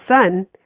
son